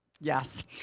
Yes